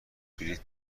بلیط